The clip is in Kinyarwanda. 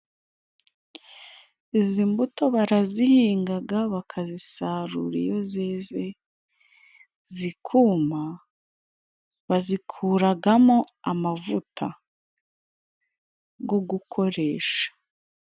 Izi mbuto barazihingaga bakazisarura, iyo zeze zikuma, bazikuragamo amavuta go gukoresha.